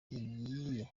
igiye